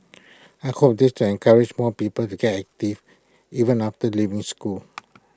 I hope this will encourage more people to get active even after leaving school